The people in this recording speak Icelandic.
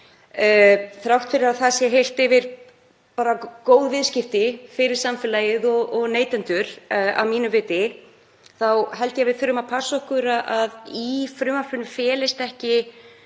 Þrátt fyrir að það sé heilt yfir gott fyrir samfélagið og neytendur, að mínu viti, þá held ég að við þurfum að passa okkur á því að í frumvarpinu felist ekki